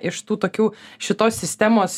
iš tų tokių šitos sistemos